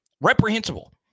Reprehensible